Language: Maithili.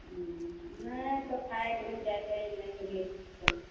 नहि तऽ फाटि जेतै नहि नीक छै तऽ